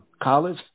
college